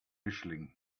mischling